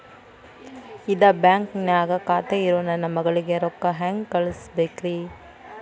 ಇದ ಬ್ಯಾಂಕ್ ನ್ಯಾಗ್ ಖಾತೆ ಇರೋ ನನ್ನ ಮಗಳಿಗೆ ರೊಕ್ಕ ಹೆಂಗ್ ಕಳಸಬೇಕ್ರಿ?